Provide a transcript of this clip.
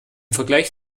vergleich